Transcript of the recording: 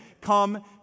Come